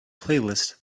playlist